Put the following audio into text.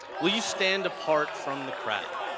will you stand apart from the crowd?